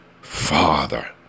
father